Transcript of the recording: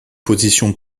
positions